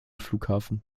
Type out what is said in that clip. flughafen